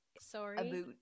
sorry